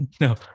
No